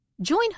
Join